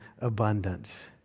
abundance